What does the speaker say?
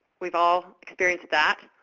we've all experienced that.